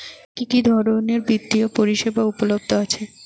কি কি ধরনের বৃত্তিয় পরিসেবা উপলব্ধ আছে?